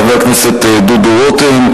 חבר הכנסת דודו רותם,